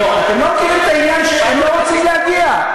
אתם לא מכירים את העניין שהם לא רוצים להגיע.